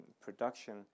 production